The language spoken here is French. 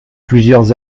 plusieurs